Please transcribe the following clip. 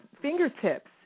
fingertips